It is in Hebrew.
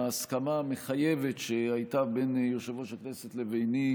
ההסכמה המחייבת שהייתה בין יושב-ראש הכנסת לביני